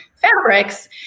fabrics